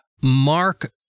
Mark